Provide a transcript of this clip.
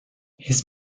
his